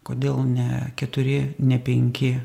kodėl ne keturi ne penki